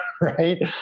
right